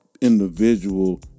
individual